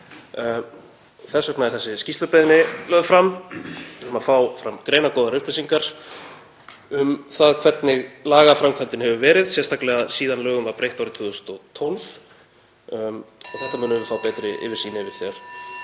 Þess vegna er þessi skýrslubeiðni lögð fram. Við þurfum að fá fram greinargóðar upplýsingar um það hvernig lagaframkvæmdinni hefur verið háttað, sérstaklega síðan lögum var breytt árið 2012. (Forseti hringir.) Þetta munum við fá betri yfirsýn yfir þegar